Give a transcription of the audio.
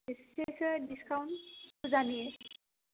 एसेसो डिसकाउन्ट फुजानि